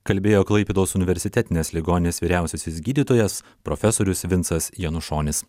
kalbėjo klaipėdos universitetinės ligoninės vyriausiasis gydytojas profesorius vincas janušonis